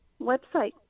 website